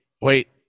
wait